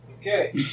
Okay